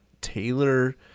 taylor